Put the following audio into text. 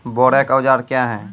बोरेक औजार क्या हैं?